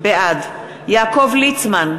בעד יעקב ליצמן,